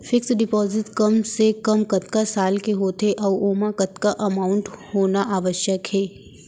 Fix deposit कम से कम कतका साल के होथे ऊ ओमा कतका अमाउंट होना आवश्यक हे?